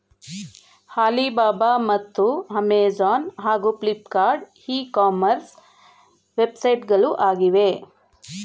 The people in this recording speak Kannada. ಆಲಿಬಾಬ ಮತ್ತು ಅಮೆಜಾನ್ ಹಾಗೂ ಫ್ಲಿಪ್ಕಾರ್ಟ್ ಇ ಕಾಮರ್ಸ್ ವೆಬ್ಸೈಟ್ಗಳು ಆಗಿವೆ